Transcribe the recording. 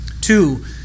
Two